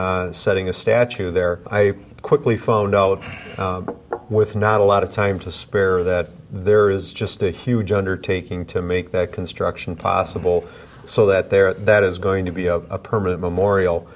setting a statue there i quickly found out with not a lot of time to spare that there is just a huge undertaking to make that construction possible so that there that is going to be a permanent